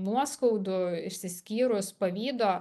nuoskaudų išsiskyrus pavydo